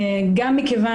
ולא: "פתור",